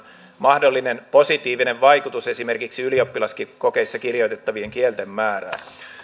mahdollinen positiivinen vaikutus esimerkiksi ylioppilaskokeissa kirjoitettavien kielten määrään